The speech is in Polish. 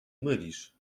mylisz